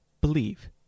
believe